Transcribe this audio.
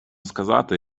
сказати